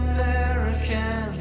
American